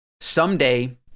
Someday